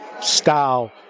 style